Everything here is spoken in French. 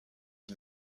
qui